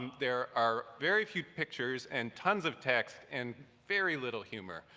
there are very few pictures and tons of text and very little humor.